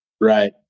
Right